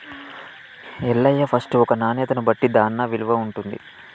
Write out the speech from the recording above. Ellaiah first ఒక నాణ్యతను బట్టి దాన్న విలువ ఉంటుంది